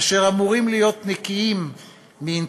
אשר אמורים להיות נקיים מאינטרסים